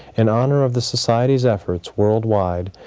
in honor of the society's effors worldwide,